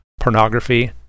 pornography